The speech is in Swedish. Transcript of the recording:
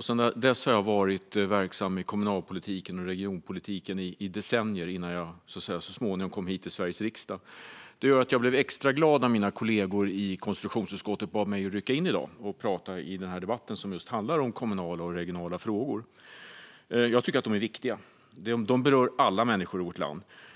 Sedan dess har jag varit verksam i kommunalpolitiken och regionpolitiken i decennier, innan jag så småningom kom hit till Sveriges riksdag. Det gjorde att jag blev extra glad när mina kollegor i konstitutionsutskottet bad mig rycka in i dag och tala i denna debatt, som handlar om just kommunala och regionala frågor. Jag tycker att de är viktiga. De berör alla människor i vårt land.